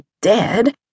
dead